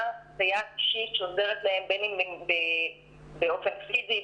סייעת אישית שעוזרת להם בין אם זה באופן פיזי,